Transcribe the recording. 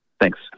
thanks